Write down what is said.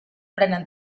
prenen